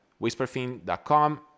WhisperFin.com